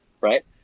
right